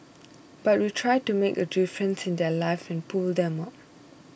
but we try to make a difference in their lives and pull them up